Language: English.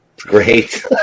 Great